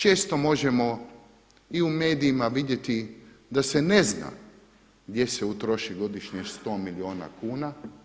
Često možemo i u medijima vidjeti da se ne zna gdje se utroši godišnje 100 milijuna kuna.